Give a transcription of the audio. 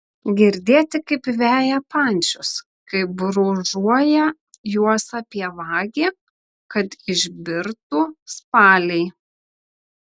girdėti kaip veja pančius kaip brūžuoja juos apie vagį kad išbirtų spaliai